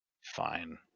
Fine